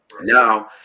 Now